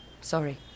Sorry